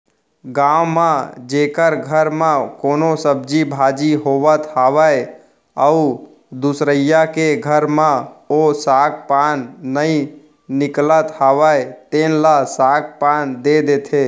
गाँव म जेखर घर म कोनो सब्जी भाजी होवत हावय अउ दुसरइया के घर म ओ साग पान नइ निकलत हावय तेन ल साग पान दे देथे